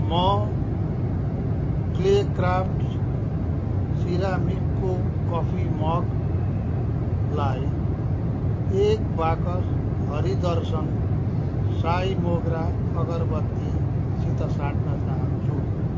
म clay craft सिरामिकको coffee मगलाई एक बाकस हरि दर्शन साई मोग्रा अगरबत्तीसित साट्न चाहन्छु